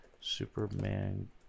Superman